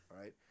right